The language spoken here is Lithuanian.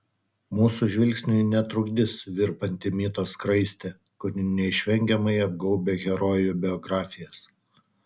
mūsų žvilgsniui netrukdys virpanti mito skraistė kuri neišvengiamai apgaubia herojų biografijas